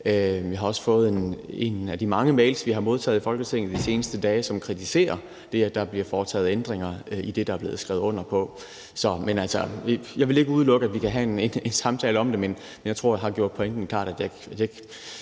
af det. Og i en af de mange mails, vi har modtaget i Folketinget i de seneste dage, kritiserer man også det, at der bliver foretaget ændringer i det, der er blevet skrevet under på. Jeg vil ikke udelukke, at vi kan have en samtale om det, men jeg tror, jeg har gjort pointen klar, altså at jeg ikke